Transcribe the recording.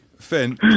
Finn